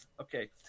Okay